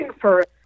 for-